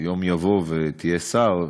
יום יבוא ותהיה שר,